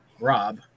Rob